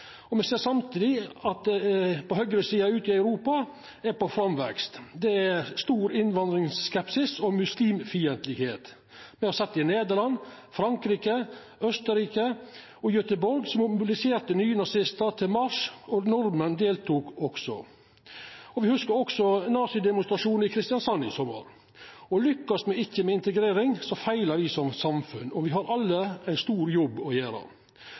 arbeidsløyse. Me ser samtidig at høgresida i Europa er i framvekst. Det er stor innvandringsskepsis og muslimfiendskap. Me har sett det i Nederland, Frankrike, Austerrike – i Gøteborg mobiliserte nynazistar til marsj, og nordmenn deltok også. Me hugsar også nazi-demonstrasjonen i Kristiansand i sommar. Lykkast me ikkje med integrering, feilar me som samfunn. Me har alle ein stor jobb å gjera.